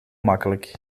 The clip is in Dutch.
makkelijk